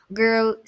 girl